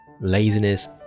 Laziness